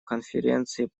конференции